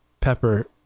pepper